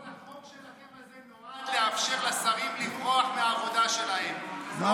כל החוק הזה שלכם נועד לאפשר לשרים לברוח מהעבודה שלהם,